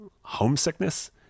homesickness